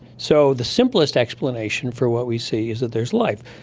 so the simplest explanation for what we see is that there is life,